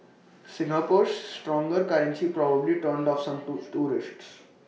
Singapore's stronger currency probably turned off some tools tourists